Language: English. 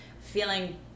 feeling